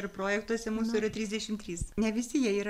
ir projektuose mūsų yra trisdešimt trys ne visi jie yra